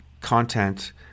content